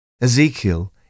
Ezekiel